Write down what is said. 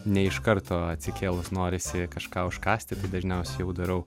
ne iš karto atsikėlus norisi kažką užkąsti bet dažniausiai jau darau